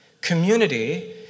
community